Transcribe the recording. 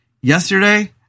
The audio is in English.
yesterday